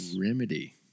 Remedy